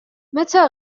متى